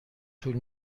طول